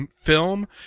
film